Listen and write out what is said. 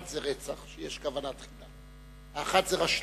אחת זה רצח, כשיש כוונה תחילה, האחת זה רשלנות,